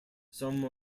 some